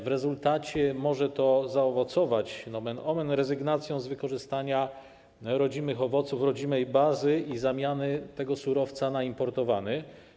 W rezultacie może to nomen omen zaowocować rezygnacją z wykorzystania rodzimych owoców, rodzimej bazy i zamianą tego surowca na importowany.